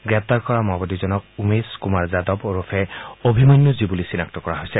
গ্ৰেপ্তাৰ কৰা মাওবাদীজন উমেশ কুমাৰ যাদৱ ওৰফে অভিম্যনুজী বুলি চিনাক্ত কৰিছে